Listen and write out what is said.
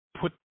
put